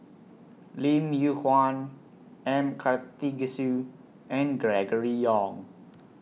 Lim Yew Kuan M Karthigesu and Gregory Yong